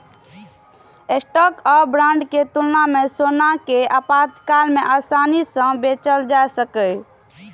stock आ bond के तुलना मे सोना कें आपातकाल मे आसानी सं बेचल जा सकैए